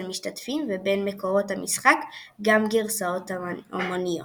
משתתפים ובין מקורות המשחק גם גרסאות המוניות.